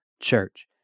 church